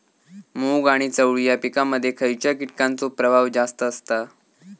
मूग आणि चवळी या पिकांमध्ये खैयच्या कीटकांचो प्रभाव जास्त असता?